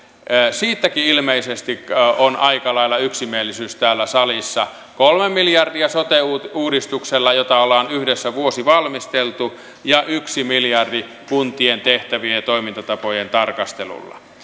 siitäkin ilmeisesti on aika lailla yksimielisyys täällä salissa kolme miljardia sote uudistuksella jota ollaan yhdessä vuosi valmisteltu ja yksi miljardi kuntien tehtävien ja toimintatapojen tarkastelulla